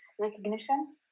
recognition